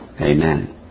amen